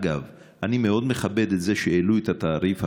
אגב, אני מאוד מכבד את זה שהעלו את התעריף.